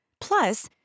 Plus